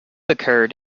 occurred